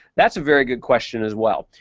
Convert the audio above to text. that's a very good question as well.